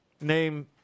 name